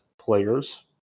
players